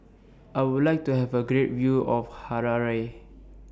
I Would like to Have A Great View of Harare